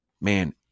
man